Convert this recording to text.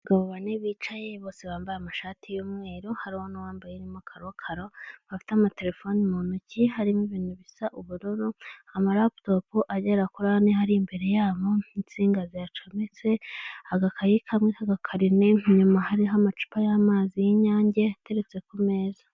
Abagabo bane bicaye bose bambaye amashati y'umweru hari n'uwa mbaye mo karokaro bafite ama terefone mu ntoki ,harimo ibintu bisa ubururu ,amaraputopu(laptop) agera kuri ane ari imbere yabo, insinga ziha cometse agakayi kamwe k'agakarine ,inyuma hariho amacupa y'amazi y'inyange ateretse ku meza.